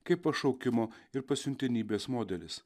kaip pašaukimo ir pasiuntinybės modelis